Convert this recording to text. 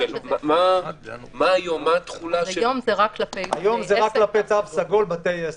--- היום זה רק כלפי צו סגול, בתי עסק.